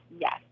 yes